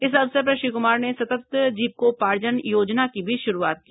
इस अवसर पर श्री कुमार ने सतत जीविकोपार्जन योजना की भी शुरूआत की